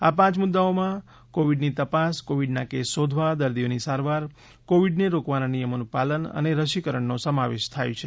આ પાંચ મુદ્દાઓમાં કોવિડની તપાસ કોવિડના કેસ શોધવા દર્દીઓની સારવાર કોવિડને રોકવાના નિયમોનું પાલન અને રસીકરણનો સમાવેશ થાય છે